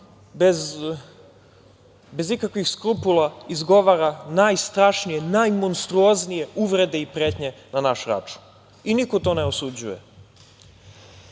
bez ikakvih skrupula izgovara najstrašnije, najmonstruoznije uvrede i pretnje na naš račun i niko to ne osuđuje. Ove